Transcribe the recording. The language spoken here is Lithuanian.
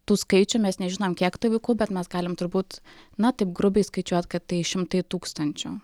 tų skaičių mes nežinom kiek tų vilkų bet mes galim turbūt na taip grubiai skaičiuot kad tai šimtai tūkstančių